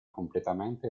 completamente